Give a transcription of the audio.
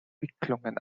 wicklungen